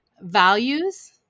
Values